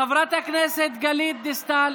חברת הכנסת גלית דיסטל.